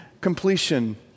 completion